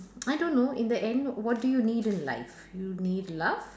I don't know in the end what do you need in life you need love